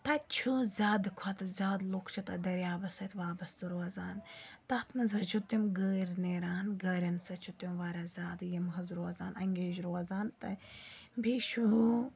تَتہِ چھِ زیادٕ کھۄتہٕ زیادٕ لُکھ چھِ تتہِ دٔریابَس سۭتۍ وابسطہٕ روزان تَتھ منٛز حظ چھِ تِم گٲرۍ نیران گٲرٮ۪ن سۭتۍ چھِ تِم واریاہ زیادٕ یِم حظ روزان انٛگیج روزان تہٕ بیٚیہِ چھُ